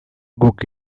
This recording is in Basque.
guk